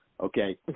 okay